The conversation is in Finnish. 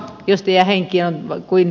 pystiä henki on kuin